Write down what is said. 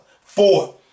Four